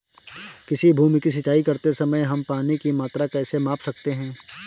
किसी भूमि की सिंचाई करते समय हम पानी की मात्रा कैसे माप सकते हैं?